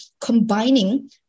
combining